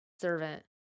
servant